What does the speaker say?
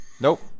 Nope